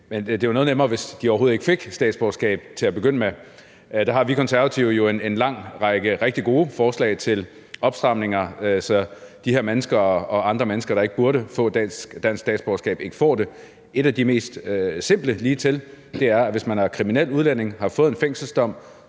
Men det var jo noget nemmere, hvis de overhovedet ikke fik statsborgerskab til at begynde med. Der har vi Konservative jo en lang række rigtig gode forslag til opstramninger, så de her mennesker og andre mennesker, der ikke burde få dansk statsborgerskab, ikke får det. Et af de mest simple og ligetil er, at hvis man er kriminel udlænding, har fået en fængselsdom,